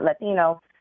Latino